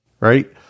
right